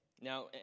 Now